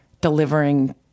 delivering